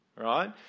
right